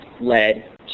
led